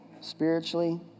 spiritually